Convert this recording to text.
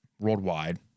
worldwide